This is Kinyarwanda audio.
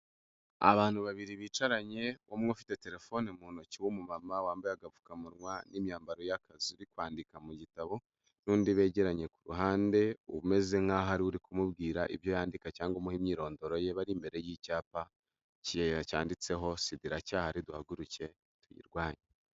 Abantu babiri bicaranye umwe ufite telefone mu ntoki w'umumama wambaye agapfukamunwa n'imyambaro y'akazi uri kwandika mu gitabo, n'undi begeranye ku ruhande, umeze nkaho ari we uri kumubwira ibyo yandika cyangwa uri kumuha imyirondoro ye, bari imbere y'icyapa cyanditseho SIDA iracyahari duhaguruke tuyirwanye.